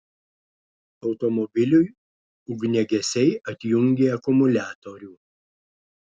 automobiliui ugniagesiai atjungė akumuliatorių